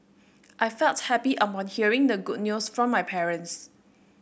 I felt happy upon hearing the good news from my parents